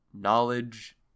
knowledge